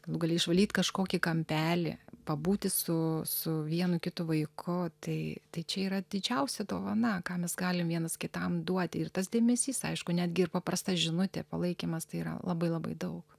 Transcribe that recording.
galų gale išvalyt kažkokį kampelį pabūti su su vienu kitu vaiku tai čia yra didžiausia dovana ką mes galim vienas kitam duoti ir tas dėmesys aišku netgi ir paprasta žinutė palaikymas tai yra labai labai daug